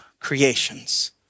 creations